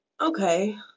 Okay